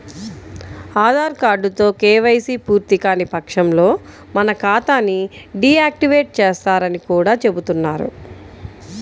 ఆధార్ కార్డుతో కేవైసీ పూర్తికాని పక్షంలో మన ఖాతా ని డీ యాక్టివేట్ చేస్తారని కూడా చెబుతున్నారు